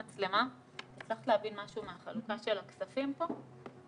הצלחתְּ להבין משהו מהחלוקה של הכספים פה?